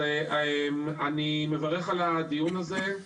אני מברך על הדיון הזה.